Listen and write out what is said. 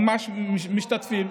ממש משתתפים.